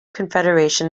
confederation